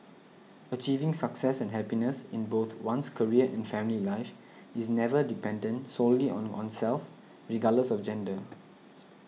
achieving success and happiness in both one's career and family life is never dependent solely on oneself regardless of gender